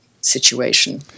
situation